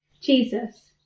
Jesus